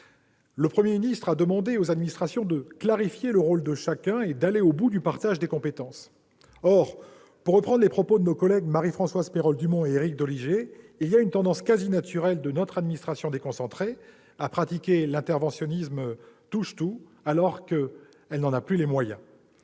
Le Premier ministre a demandé aux administrations de « clarifier le rôle de chacun et d'aller au bout du partage des compétences ». Or, pour reprendre une remarque de nos collègues Marie-Françoise Perol-Dumont et Éric Doligé, il y a une tendance quasi naturelle de l'administration déconcentrée à pratiquer l'interventionnisme « touche-à-tout » alors qu'elle n'en a plus les moyens.